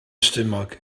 stumog